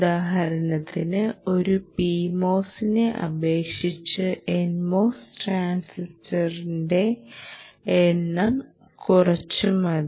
ഉദാഹരണത്തിന് ഒരു PMOSനെ അപേക്ഷിച്ച് NMOS ട്രാൻസിസ്റ്ററിന്റെ എണ്ണം കുറച്ചു മതി